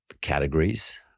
categories